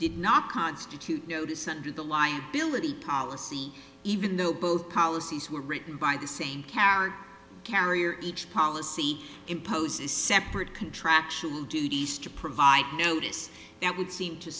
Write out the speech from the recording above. did not constitute notice and to the liability policy even though both policies were written by the same carriage carrier each policy imposes separate contractual duties to provide notice that would seem to